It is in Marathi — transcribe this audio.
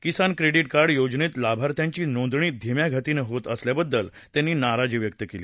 किसान क्रेडिट कार्ड योजनेत लाभार्थ्यांची नोंदणी धीम्या गतीनं होत असल्याबद्दल त्यांनी नाराजी व्यक्त केली